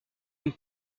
une